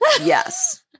Yes